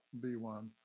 B-1